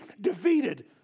defeated